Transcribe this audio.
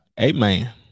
Amen